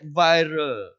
viral